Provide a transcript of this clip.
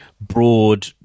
Broad